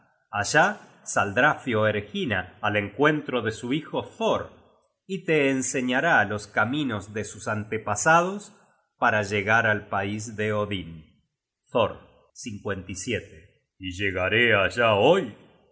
allí saldrá fioergyna al encuentro de su hijo thor y te enseñará los caminos de sus antepasados para llegar al pais de odin content from google book search generated at thor y llegaré allá hoy